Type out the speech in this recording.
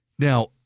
Now